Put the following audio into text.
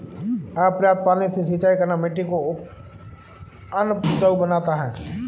अपर्याप्त पानी से सिंचाई करना मिट्टी को अनउपजाऊ बनाता है